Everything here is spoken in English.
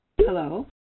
Hello